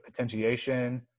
potentiation